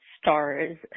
stars